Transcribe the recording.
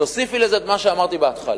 תוסיפי לזה את מה שאמרתי בהתחלה,